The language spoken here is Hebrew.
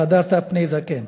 "והדרת פני זקן".